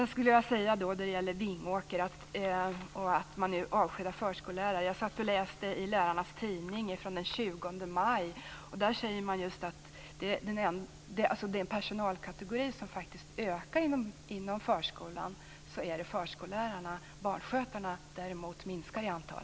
När det gäller Vingåker, där man nu avskedar förskollärare, läste jag i lärarnas tidning från den 20 maj att den personalkategori som ökar inom förskolan är förskollärarna. Barnskötarna minskar däremot i antal.